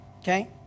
Okay